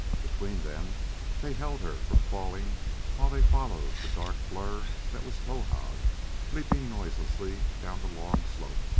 between them they held her from falling while they followed the dark blur that was towahg leaping noiselessly down the long slope.